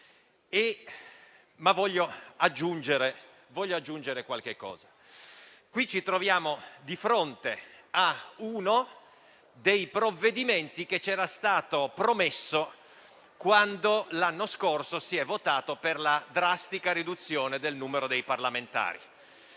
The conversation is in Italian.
Voglio aggiungere però qualcosa. Ci troviamo di fronte a uno dei provvedimenti che ci erano stati promessi quando, l'anno scorso, si è votato per la drastica riduzione del numero dei parlamentari.